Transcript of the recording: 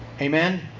Amen